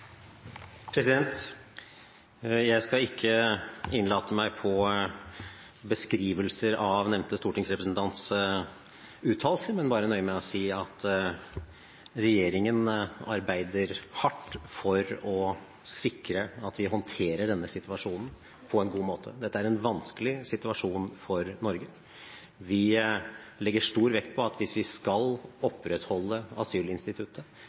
nevnte stortingsrepresentantens uttalelse, men bare nøye meg med å si at regjeringen arbeider hardt for å sikre at vi håndterer denne situasjonen på en god måte. Dette er en vanskelig situasjon for Norge. Vi legger stor vekt på at hvis vi skal opprettholde asylinstituttet,